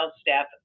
staff